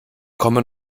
komme